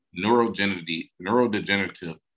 neurodegenerative